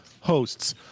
hosts